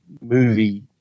movie